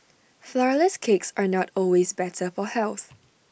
Flourless Cakes are not always better for health